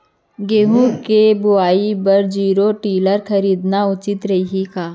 गेहूँ के बुवाई बर जीरो टिलर खरीदना उचित रही का?